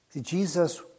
Jesus